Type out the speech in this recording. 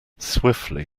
swiftly